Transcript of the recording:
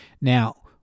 Now